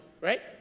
right